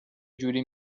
جوری